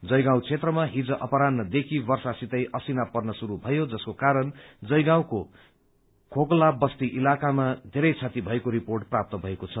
जयगाँउ क्षेत्रमा हिज अपरान्हदेखि वर्षासितै असिना पर्न शुरू भयो जसको कारण जयगाँउको खोकला बस्ती इलाकामा धेरै क्षति भएको रिपोर्ट प्राप्त भएको छ